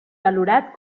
valorat